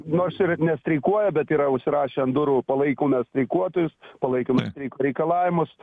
nors ir nestreikuoja bet yra užsirašę ant durų palaikome streikuotojus palaikome streiko reikalavimus